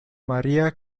maria